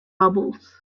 bubbles